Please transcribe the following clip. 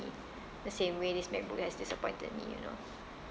the same way this macbook has disappointed me you know